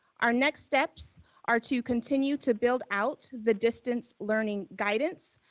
our next steps are to continue to build out the distance learning guidance.